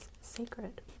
sacred